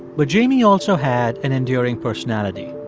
but jamie also had an endearing personality.